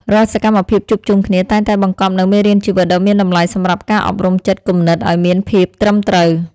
រាល់សកម្មភាពជួបជុំគ្នាតែងតែបង្កប់នូវមេរៀនជីវិតដ៏មានតម្លៃសម្រាប់ការអប់រំចិត្តគំនិតឱ្យមានភាពត្រឹមត្រូវ។